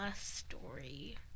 story